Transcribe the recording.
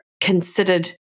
considered